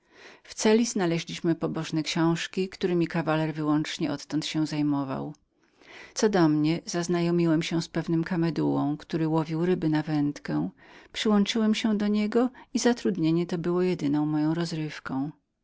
w celi znaleźliśmy pobożne książki któremi kawaler wyłącznie odtąd się zajmował co do mnie zaznajomiłem się z jednym kamadułąkamedułą który łowił ryby na wędkę przyłączyłem do niego i zatrudnienie to było jedyną moją rozrywką